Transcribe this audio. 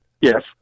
yes